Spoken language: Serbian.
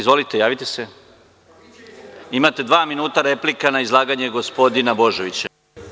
Izvolite, javite se, imate dva minuta, replika na izlaganje gospodina Božovića.